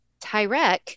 Tyrek